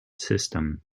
system